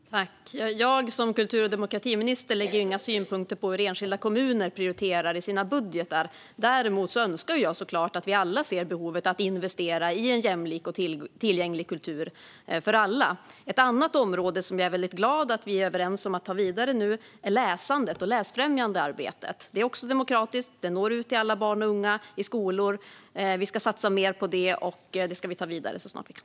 Fru talman! Jag som kultur och demokratiminister lägger inga synpunkter på hur enskilda kommuner prioriterar i sina budgetar. Däremot önskar jag såklart att vi alla ser behovet av att investera i en jämlik och tillgänglig kultur för alla. Ett annat område som jag är glad över att vi är överens om att ta vidare nu är läsandet och det läsfrämjande arbetet. Det är också demokratiskt och når ut till alla barn och unga i skolor. Vi ska satsa mer på detta och ta det vidare så snart vi kan.